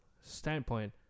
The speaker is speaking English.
standpoint